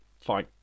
Fine